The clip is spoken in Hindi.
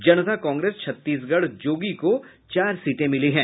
जनता कांग्रेस छत्तीसगढ़ जोगी को चार सीटें मिली हैं